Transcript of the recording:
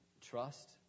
trust